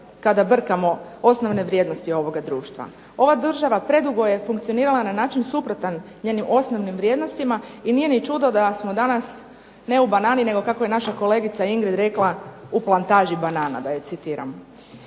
kada brkamo osnovne vrijednosti ovoga društva. Ova država predugo je funkcionirala na način suprotan njenim osnovnim vrijednostima i nije ni čudo da smo danas ne u banani, nego kako je naša kolegica rekla u plantaži banana da je citiram.